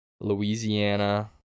Louisiana